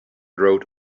wrote